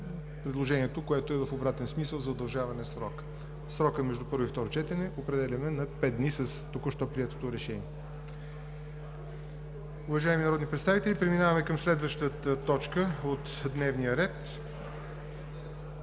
предложението, което е в обратен смисъл – за удължаване на срока. Срокът между първо и второ четене определяме на пет дни с току-що приетото решение. Преминаваме към следващата точка от дневния ред: